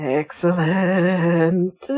excellent